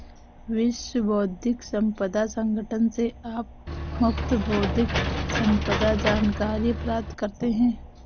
विश्व बौद्धिक संपदा संगठन से आप मुफ्त बौद्धिक संपदा जानकारी प्राप्त करते हैं